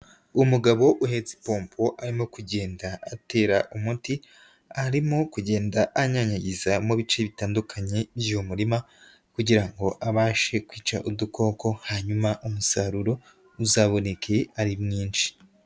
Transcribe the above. Umugabo uhetse ipompo arimo kugenda atera umuti, arimo kugenda anyanyagiza mu bice bitandukanye by'uyu murima kugira ngo abashe kwica udukoko hanyuma umusaruro uzaboneke ari mwinshi.